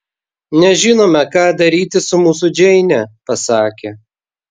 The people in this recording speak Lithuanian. nežinome ką daryti su mūsų džeine pasakė